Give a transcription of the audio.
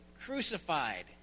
crucified